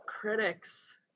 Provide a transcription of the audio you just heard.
Critics